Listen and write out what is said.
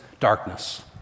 darkness